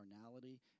carnality